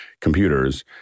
computers